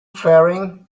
faring